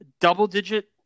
Double-digit